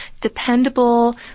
dependable